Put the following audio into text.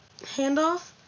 handoff